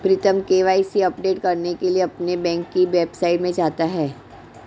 प्रीतम KYC update करने के लिए अपने बैंक की वेबसाइट में जाता है